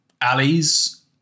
alleys